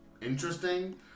interesting